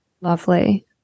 Lovely